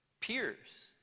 peers